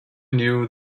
knew